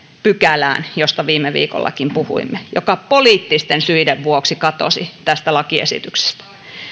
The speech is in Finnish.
pykälään josta viime viikollakin puhuimme joka poliittisten syiden vuoksi katosi tästä lakiesityksestä